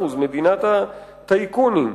מדינת הטייקונים,